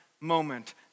moment